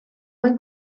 mwyn